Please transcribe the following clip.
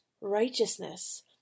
righteousness